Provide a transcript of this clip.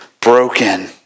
broken